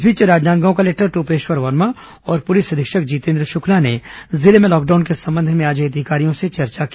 इस बीच राजनांदगांव कलेक्टर टोपेश्वर वर्मा और पुलिस अधीक्षक जितेन्द्र शुक्ला ने जिले में लॉकडाउन के संबंध में आज अधिकारियों से चर्चा की